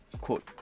quote